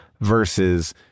versus